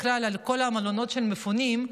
בכלל בכל המלונות של המפונים,